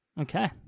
Okay